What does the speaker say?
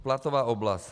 Platová oblast.